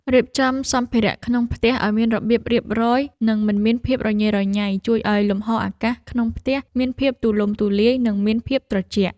រៀបចំសម្ភារៈក្នុងផ្ទះឱ្យមានរបៀបរៀបរយនិងមិនមានភាពញ៉េរញ៉ៃជួយឱ្យលំហអាកាសក្នុងផ្ទះមានភាពទូលំទូលាយនិងមានភាពត្រជាក់។